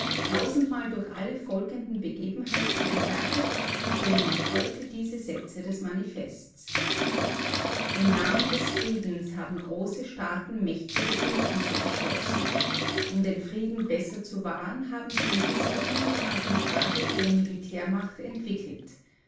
tausendmal durch alle folgenden begebenheiten erhärtet stehen noch heute diese sätze des manifests im namen des friedens haben große staaten mächtige bündnisse geschlossen um den frieden besser zu wahren haben sie in bisher unbekanntem grade ihre militärmacht entwickelt